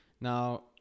Now